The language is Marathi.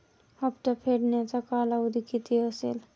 हप्ता फेडण्याचा कालावधी किती असेल?